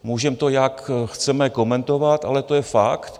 Můžeme to, jak chceme komentovat, ale to je fakt.